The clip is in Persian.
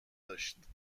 داشت